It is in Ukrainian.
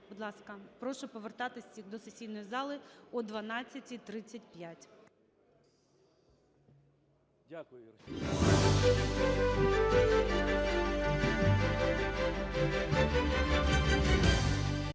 Будь ласка, прошу повертатись всіх до сесійної зали о 12:35.